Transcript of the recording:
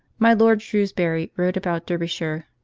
my lord shrewsbury rode about derbyshire,